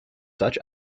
such